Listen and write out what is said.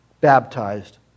baptized